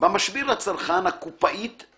במשביר לצרכן הקופאית /